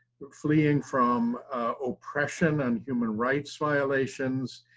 fleeing from oppression and human rights violations,